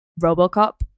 robocop